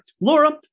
Laura